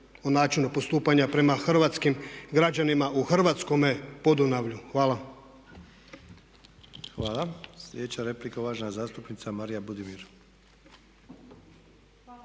o načinu postupanja prema hrvatskim građanima u hrvatskome podunavlju. Hvala.